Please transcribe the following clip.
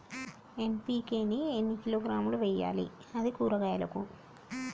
NPK ని ఎన్ని కిలోగ్రాములు వెయ్యాలి? అది కూరగాయలకు?